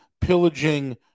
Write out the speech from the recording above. pillaging